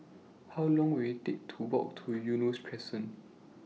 How Long Will IT Take to Walk to Eunos Crescent